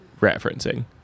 referencing